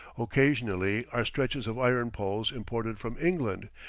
occasionally are stretches of iron poles imported from england,